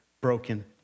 broken